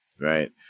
right